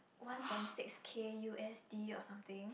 one point six K U_S_D or something